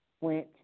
went